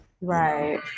Right